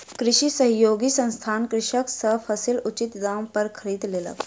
कृषि सहयोगी संस्थान कृषक सॅ फसील उचित दाम पर खरीद लेलक